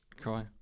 cry